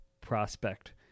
prospect